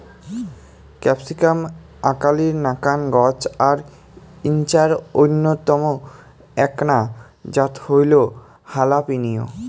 capsicum আকালির নাকান গছ আর ইঞার অইন্যতম এ্যাকনা জাত হইল হালাপিনিও